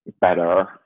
better